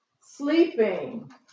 Sleeping